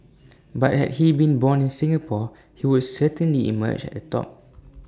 but had he been born in Singapore he would certainly emerge at the top